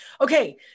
Okay